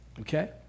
Okay